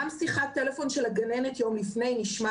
גם שיחת טלפון של הגננת יום לפני נשמע